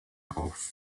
auf